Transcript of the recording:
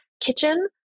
kitchen